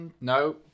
No